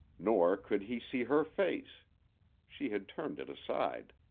nor could he see her face she had turned it aside.